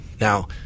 Now